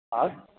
हा